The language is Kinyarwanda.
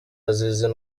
azize